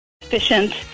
efficient